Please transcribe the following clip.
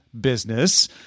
business